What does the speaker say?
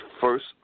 first